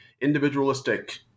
individualistic